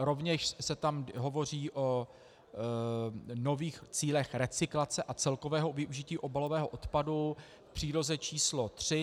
Rovněž se tam hovoří o nových cílech recyklace a celkového využití obalového odpadu v příloze č. 3.